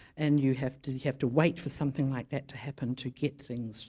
and you have to have to wait for something like that to happen to get things